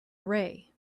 array